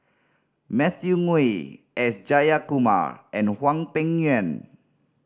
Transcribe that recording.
Matthew Ngui S Jayakumar and Hwang Peng Yuan